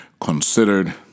considered